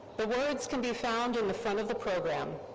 the words can be found in the front of the program.